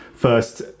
First